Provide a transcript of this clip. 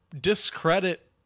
discredit